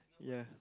yeah